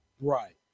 Right